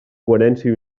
coherència